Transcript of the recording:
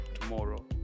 tomorrow